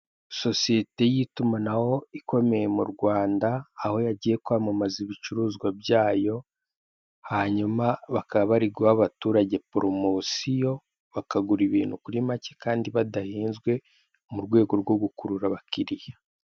Sosiyete y'itumanaho ikomeye mu Rwanda aho yagiye kwamamaza ibicuruzwa byayo, hanyuma bakaba bariguha abaturage poromosiyo bakagura ibintu kuri make badahenzwe mu rwego rwo gukurura abakiriya.